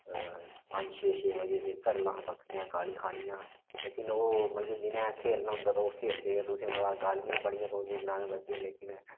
पंज पंज छे बजे दे घरै आह्लें बक्खरियां गालियां खाननियां लेकिन ओह् मतलब कि जिनें खेलना होंदा ते ओह् खेलदे तुसेंगी पता गालियां बड़ियां पौंदियां ग्रांऽ दे बच्चे लेकिन